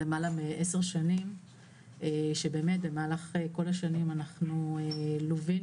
אז השארנו את זה כשנתי ובמהלך משלים שהובלנו